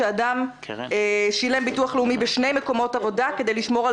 שאדם ששילם ביטוח לאומי בשני מקומות עבודה כדי לשמור על